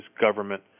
government